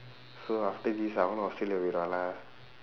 so after this அவனும்:avanum australia போயிடுவான்:pooyiduvaan lah